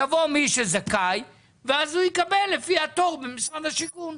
יבוא מי שזכאי ואז הוא יקבל לפי התור במשרד השיכון,